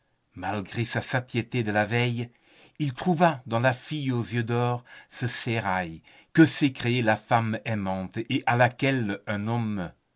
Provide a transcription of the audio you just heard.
malgré sa satiété de la veille il trouva dans la fille aux yeux d'or ce sérail que sait créer la femme aimante et à laquelle un homme